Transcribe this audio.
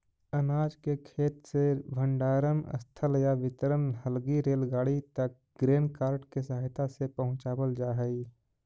अनाज के खेत से भण्डारणस्थल या वितरण हलगी रेलगाड़ी तक ग्रेन कार्ट के सहायता से पहुँचावल जा हई